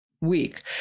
week